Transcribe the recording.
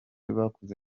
bakoze